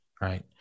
right